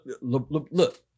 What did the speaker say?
look